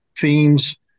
themes